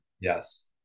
yes